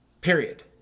Period